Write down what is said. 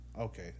Okay